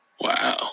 Wow